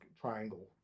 triangle